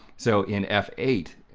so in f eight,